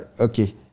okay